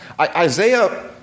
Isaiah